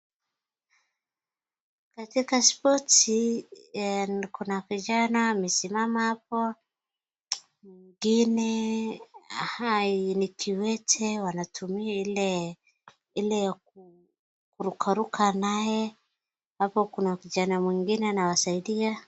Katika spoti, kuna vijana wamesimama hapa mwingine ni kiwete, anatumia ile ya kurukaruka nayo, hapo kuna kijana mwingine anawasaidia.